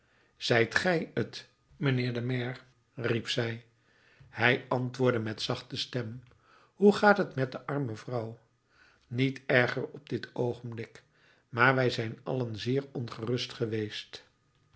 zijt gij t mijnheer de maire riep zij hij antwoordde met zachte stem hoe gaat het met de arme vrouw niet erger op dit oogenblik maar wij zijn allen zeer ongerust geweest